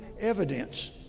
evidence